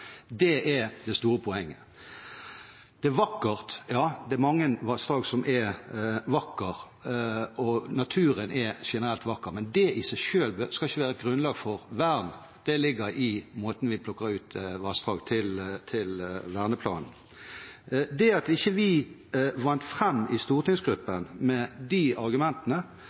Det er det store poenget. Det er vakkert. Ja, det er mange vassdrag som er vakre, og naturen er generelt vakker. Det i seg selv skal ikke være et grunnlag for vern. Det ligger i måten vi plukker ut vassdrag til verneplanen. Det at vi ikke vant fram i stortingsgruppen med de argumentene,